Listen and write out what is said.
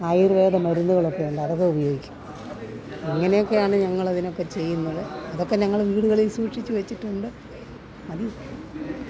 ആയുർവേദ മരുന്നുകളൊക്കെയുണ്ട് അതൊക്കെ ഉപയോഗിക്കും ഇങ്ങനെയൊക്കെയാണ് ഞങ്ങളതിനൊക്കെ ചെയ്യുന്നത് ഇതൊക്കെ ഞങ്ങള് വീടുകളിൽ സൂക്ഷിച്ചുവെച്ചിട്ടുണ്ട് മതി